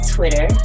Twitter